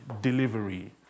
delivery